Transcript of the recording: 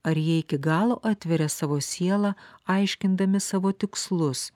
ar jie iki galo atveria savo sielą aiškindami savo tikslus